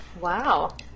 wow